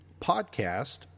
podcast